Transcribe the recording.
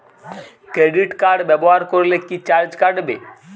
Credit card ব্যাবহার করলে কি চার্জ কাটবে?